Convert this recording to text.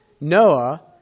Noah